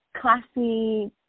classy